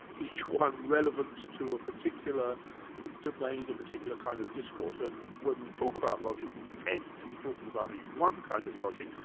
each one relevant to a particular domain, a particular kind of discourse, and when we talk about logic we tend to be talking about one kind of logic,